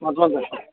مطلب